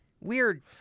Weird